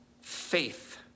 faith